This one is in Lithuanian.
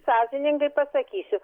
sąžiningai pasakysiu